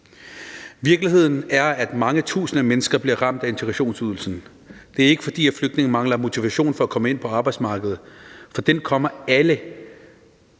Virkeligheden er, at mange tusinde mennesker bliver ramt af integrationsydelsen. Det er ikke, fordi flygtninge mangler motivation for at komme ind på arbejdsmarkedet, for den kommer alle